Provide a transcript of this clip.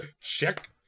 check